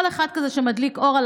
כל אחד שמדליק אור על